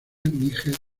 níger